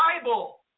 Bible